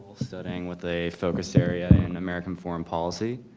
studying with a focus area in american foreign policy,